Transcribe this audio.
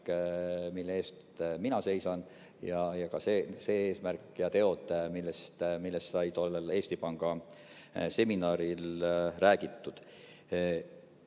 mille eest mina seisan, ja see on eesmärk, millest sai tollel Eesti Panga seminaril räägitud.